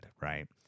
Right